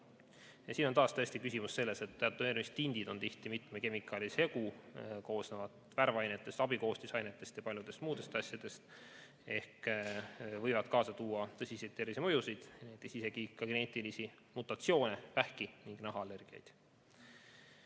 Siin on taas tõesti küsimus selles, et tätoveerimistindid on tihti mitme kemikaali segu, koosnevad värvainetest, abikoostisainetest ja paljudest muudest asjadest ning võivad kaasa tuua tõsiseid tervisemõjusid, isegi geneetilisi mutatsioone, vähki ning nahaallergiaid.